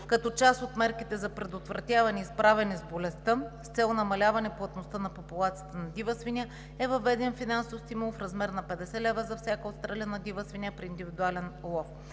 Като част от мерките за предотвратяване и справяне с болестта с цел намаляване плътността на популацията на дива свиня е въведен финансов стимул в размер на 50 лв. за всяка отстреляна дива свиня при индивидуален лов.